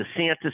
DeSantis